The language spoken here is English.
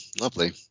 Lovely